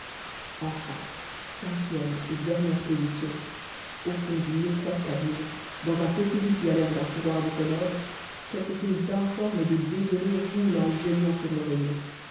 enfin cinquième et dernière position au fond d'une étroite cabine dans un petit lit qui a l'air d'un tiroir de commode quelque chose d'informe et de désolé roule en geignant sur l'oreiller